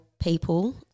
people